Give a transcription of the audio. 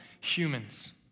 humans